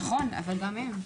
נכון, אבל גם הם.